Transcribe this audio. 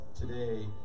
today